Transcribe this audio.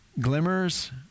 glimmers